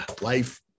life